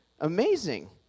amazing